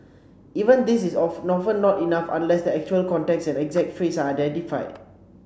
even this is of often not enough unless the actual context and exact phrase are identified